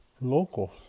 locals